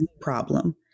problem